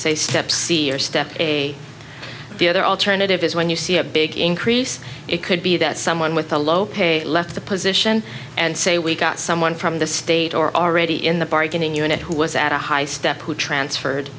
say step see or step a the other alternative is when you see a big increase it could be that someone with a low pay left the position and say we got someone from the state or already in the bargaining unit who was at a high step who transferred